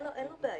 אין לו בעיה.